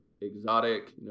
exotic